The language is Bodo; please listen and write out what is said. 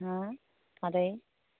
हो मादै